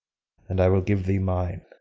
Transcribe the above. and i will give thee mine.